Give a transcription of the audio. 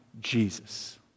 Jesus